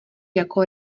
jako